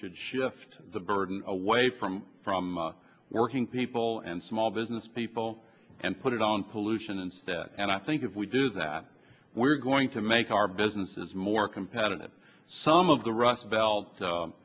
should shift the burden away from from working people and small business people and put it on pollution instead and i think if we do that we're going to make our businesses more competitive some of the rust